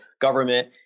government